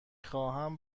خواهم